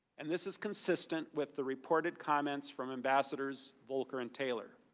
and this is consistent with the reported comments from ambassadors volker and taylor.